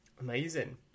amazing